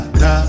da